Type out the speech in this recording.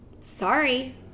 Sorry